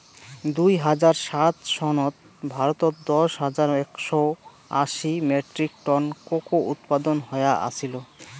দুই হাজার সাত সনত ভারতত দশ হাজার একশও আশি মেট্রিক টন কোকো উৎপাদন হয়া আছিল